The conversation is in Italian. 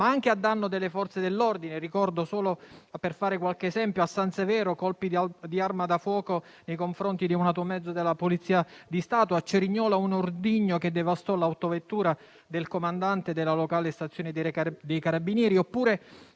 ma anche a danno delle Forze dell'ordine. Solo per fare qualche esempio, ricordo a San Severo colpi di arma da fuoco nei confronti di un automezzo della Polizia di stato; a Cerignola un ordigno devastò l'autovettura del comandante della locale stazione dei Carabinieri oppure